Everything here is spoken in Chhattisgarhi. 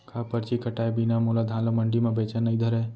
का परची कटाय बिना मोला धान ल मंडी म बेचन नई धरय?